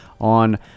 on